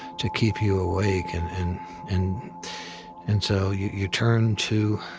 to keep you awake and and and and so you you turn to,